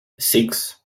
six